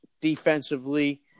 defensively